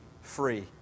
free